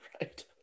right